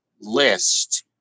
list